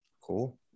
Cool